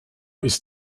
ist